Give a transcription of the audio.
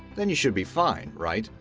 then you should be fine, right?